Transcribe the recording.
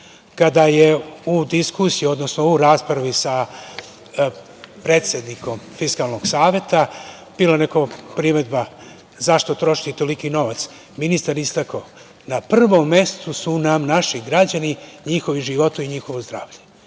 kada je u diskusiji, odnosno u raspravi sa predsednikom Fiskalnog saveta, bila je neka primedba zašto trošiti toliki novac. Ministar je istakao da su na prvom mestu su naši građani i njihovi životi i njihovo zdravlje.